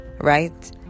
right